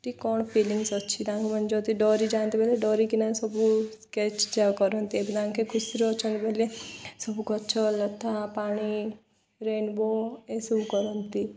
ଟି କ'ଣ ଫିଲିଙ୍ଗସ୍ ଅଛି ତାଙ୍କୁମାନେ ଯଦି ଡରି ଯାଆନ୍ତି ବୋଇଲେ ଡରିକି ନା ସବୁ ସ୍କେଚ୍ ଯା କରନ୍ତି ଏବେ ତାଙ୍କେ ଖୁସିରେ ଅଛନ୍ତି ବଲେ ସବୁ ଗଛ ଲତା ପାଣି ରେନବୋ ଏସବୁ କରନ୍ତି